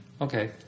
Okay